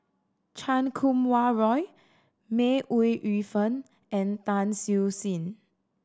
Chan Kum Wah Roy May Ooi Yu Fen and Tan Siew Sin